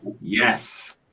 Yes